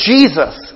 Jesus